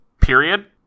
period